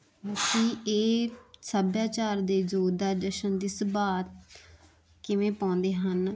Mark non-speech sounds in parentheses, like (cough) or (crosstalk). (unintelligible) ਇਹ ਸੱਭਿਆਚਾਰ ਦੇ ਜੋਰਦਾਰ ਜਸ਼ਨ ਦੀ ਸੁਭਾਅ ਕਿਵੇਂ ਪਾਉਂਦੇ ਹਨ